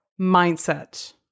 mindset